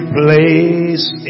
place